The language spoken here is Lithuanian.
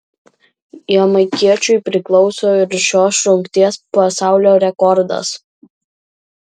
jamaikiečiui priklauso ir šios rungties pasaulio rekordas